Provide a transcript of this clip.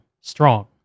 strong